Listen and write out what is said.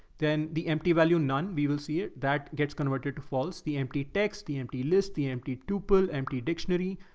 then the empty value. none, we will see it that gets converted to false, the empty text, the empty list, the empty tupelo, empty dictionary,